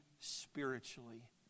spiritually